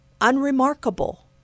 unremarkable